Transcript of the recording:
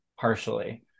partially